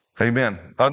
Amen